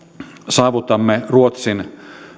saavutamme ruotsin